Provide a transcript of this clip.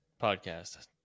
podcast